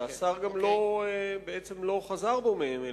שהשר גם לא חזר בו מהם,